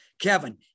Kevin